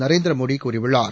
நரேந்திரமோடி கூறியுள்ளார்